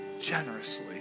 generously